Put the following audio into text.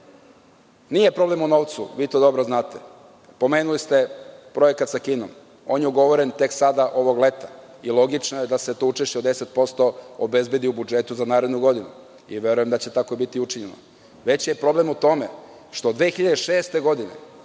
nije problem u novcu, vi to dobro znate. Pomenuli ste projekat sa Kinom on je ugovoren tek sada ovog leta i logično je da se to učešće od 10% obezbedi u budžetu za narednu godinu. Verujem da će tako biti učinjeno. Veći je problem u tome što 2006. godine